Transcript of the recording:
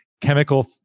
chemical